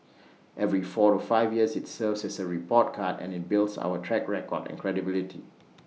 every four to five years IT serves as A report card and IT builds our track record and credibility